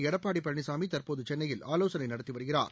எடப்பாடி பழனிசாமி தற்போது சென்னையில் ஆலோசனை நடத்தி வருகிறார்